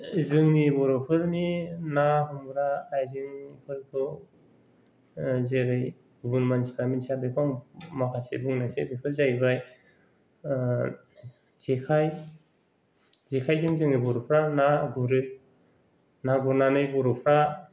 जोंनि बर'फोरनि ना हमग्रा आयजेंफोरखौ जेरै गुबुन मानसिफ्रा मोन्थिया बेखौ आं माखोसे बुंनायसै बेफोर जायैबाय जेखाय जेखायजों जोङो बर'फ्रा ना गुरो ना गुरनानै बर'फ्रा